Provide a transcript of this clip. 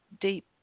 deep